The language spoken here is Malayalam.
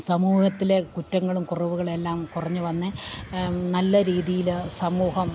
സമൂഹത്തിലെ കുറ്റങ്ങളും കുറവുകളും എല്ലാം കുറഞ്ഞ് വന്ന് നല്ല രീതിയില് സമൂഹം